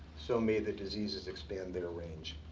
so may the diseases expand their range.